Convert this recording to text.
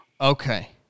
Okay